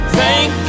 thank